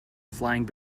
flying